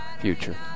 future